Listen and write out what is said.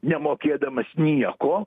nemokėdamas nieko